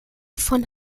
von